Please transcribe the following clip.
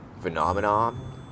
phenomenon